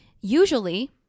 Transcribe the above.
usually